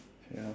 ya